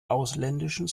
ausländischen